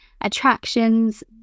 attractions